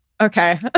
Okay